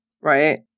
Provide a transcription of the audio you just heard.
Right